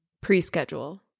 pre-schedule